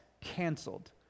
canceled